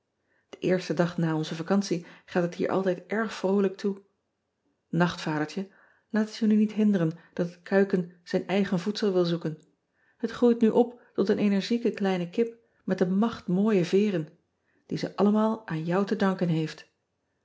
en eersten dag na onze vacantie gaat het hier altijd erg vroolijk toe acht adertje laat het je nu niet hinderen dat het kuiken zijn eigen voedsel wil zoeken et groeit nu op tot een energieke kleine kip met een macht mooie veeren die ze allemaal aan jou te danken heeft